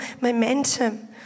momentum